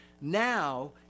now